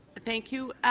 thank you.